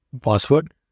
password